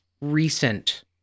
recent